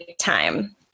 time